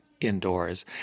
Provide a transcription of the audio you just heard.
indoors